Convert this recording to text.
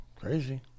Crazy